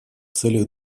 целях